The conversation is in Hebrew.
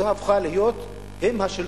הם הפכו להיות השליטים,